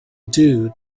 due